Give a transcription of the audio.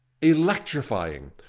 electrifying